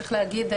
צריך להגיד,